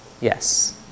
yes